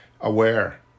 aware